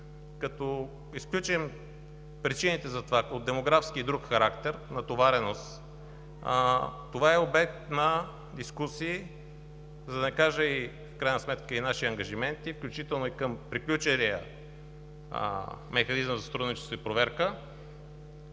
като изключим причините за това от демографски и друг характер, натовареност, това е обект на дискусии, да не кажа – в крайна сметка и наши ангажименти, включително към приключилия Механизъм за сътрудничество и проверка…